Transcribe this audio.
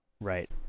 Right